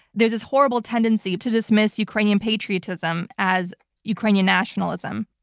there's this horrible tendency to dismiss ukrainian patriotism as ukrainian nationalism.